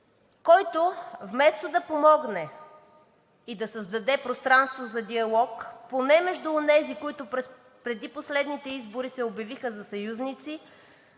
който вместо да помогне и да създаде пространство за диалог поне между онези, които преди последните избори се обявиха за съюзници,